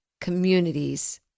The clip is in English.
communities